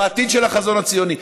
בעתיד של החזון הציוני,